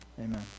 Amen